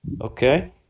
Okay